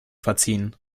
verziehen